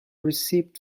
receipt